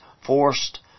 forced